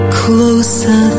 closer